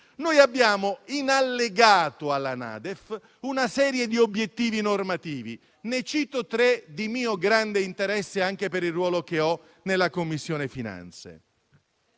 la norma. In allegato alla NADEF abbiamo una serie di obiettivi normativi. Ne cito tre di mio grande interesse anche per il ruolo che ho nella Commissione finanze.